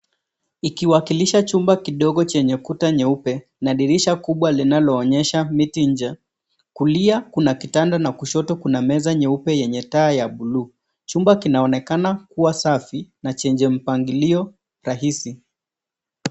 Ikiwakilisha chumba kidogo chenye kuta nyeupe na dirisha kubwa linaloonyesha miti nje, kulia kuna kitanda na kushoto kuna meza nyeupe yenye taa ya bluu. Chumba kinaonekana kuwa safi na chenye mpangilio rahisi.